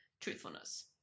truthfulness